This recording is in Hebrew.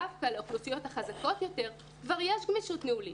דווקא לאוכלוסיות החזקות יותר כבר יש גמישות ניהולית.